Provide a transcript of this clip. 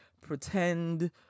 pretend